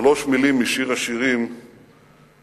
שלוש מלים משיר השירים ממצות